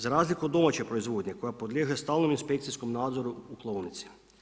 Za razliku od domaće proizvodnje koja podliježe stalnom inspekcijskom nadzoru u klaonici.